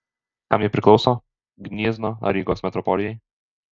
kam jie priklauso gniezno ar rygos metropolijai